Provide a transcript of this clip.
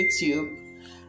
YouTube